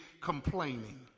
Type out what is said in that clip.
complaining